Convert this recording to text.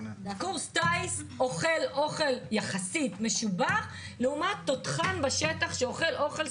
בקורס טיס יש אוכל יחסית משובח לעומת תותחן בשטח שאוכל אוכל,